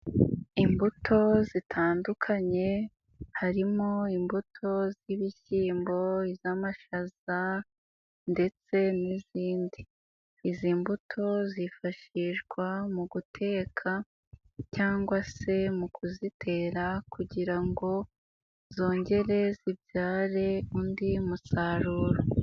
Imbuto zitandukanye harimo: imbuto z'ibishyimbo, iz'amashaza ndetse n'izindi, izi mbuto zifashishwa mu guteka cyangwa se mu kuzitera kugira ngo zongere zibyare undi musaruro.